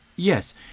Yes